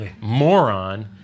moron